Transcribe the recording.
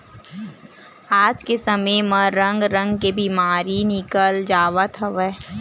आज के समे म रंग रंग के बेमारी निकलत जावत हवय